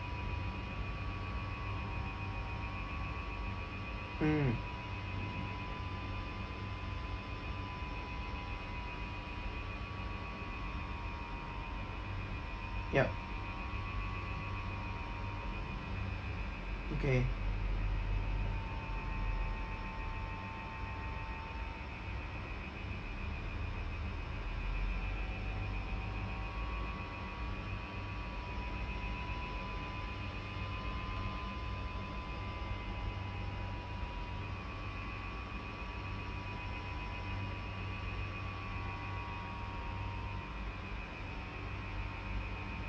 mm yup okay